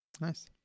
Nice